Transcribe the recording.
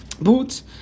boots